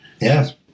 Yes